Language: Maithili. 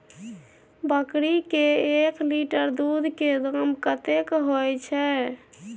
बकरी के एक लीटर दूध के दाम कतेक होय छै?